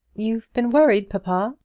you've been worried, papa?